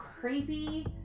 creepy